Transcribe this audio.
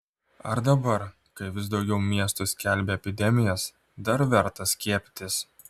ar dabar kai vis daugiau miestų skelbia epidemijas dar verta skiepytis